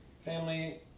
family